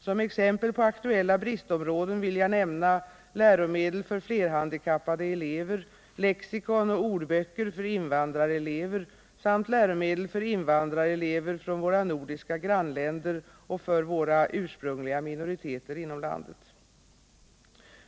Som exempel på aktuella bristområden vill jag nämna läromedel för flerhandikappade elever, lexikon och ordböcker för invandrarelever samt läromedel för invandrarelever från våra nordiska grannländer och för våra ursprungliga minoriteter inom landet.